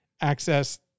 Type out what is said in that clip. access